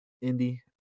Indy